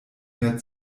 mehr